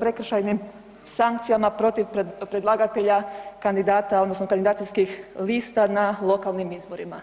prekršajnim sankcijama protiv predlagatelja kandidata odnosno kandidacijskih lista na lokalnim izborima.